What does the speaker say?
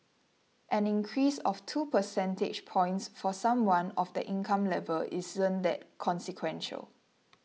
an increase of two percentage points for someone of that income level isn't that consequential